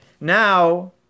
Now